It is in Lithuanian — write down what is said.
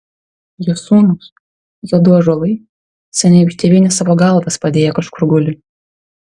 jo sūnūs jo du ąžuolai seniai už tėvynę savo galvas padėję kažkur guli